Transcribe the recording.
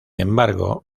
embargo